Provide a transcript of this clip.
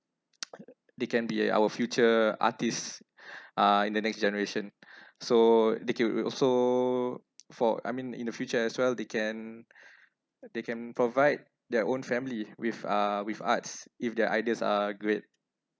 they can be eh our future artists uh in the next generation so they can will also for I mean in the future as well they can they can provide their own family with uh with arts if their ideas are great